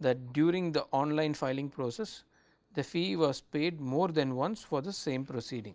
that during the online-filing process the fee was paid more than once for the same preceding,